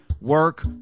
work